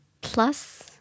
plus